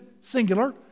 singular